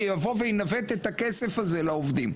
שיבוא וינווט את הכסף הזה לעובדים,